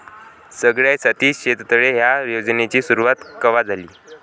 सगळ्याइसाठी शेततळे ह्या योजनेची सुरुवात कवा झाली?